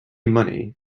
money